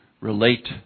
relate